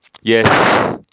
yes